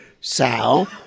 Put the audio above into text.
Sal